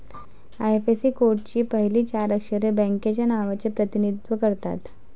IFSC कोडची पहिली चार अक्षरे बँकेच्या नावाचे प्रतिनिधित्व करतात